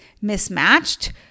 mismatched